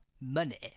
money